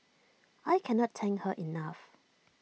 I cannot thank her enough